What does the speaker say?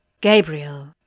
Gabriel